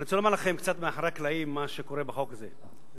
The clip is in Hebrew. אני רוצה לומר לכם קצת מה קורה בחוק הזה מאחורי הקלעים.